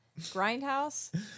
grindhouse